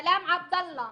סלאם עבדאללה,